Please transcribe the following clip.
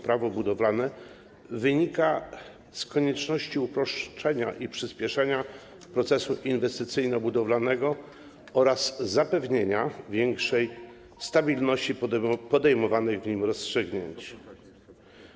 Prawo budowlane wynika z konieczności uproszczenia i przyspieszenia procesu inwestycyjno-budowlanego oraz zapewnienia większej stabilności podejmowanych w nim rozstrzygnięć.